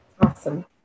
Awesome